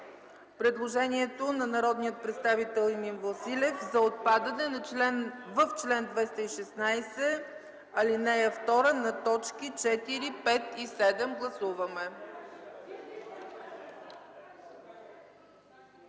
предложението на народния представител Емил Василев за отпадане в чл. 216, ал. 2 на точки 4, 5 и 7. Гласували